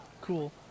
Cool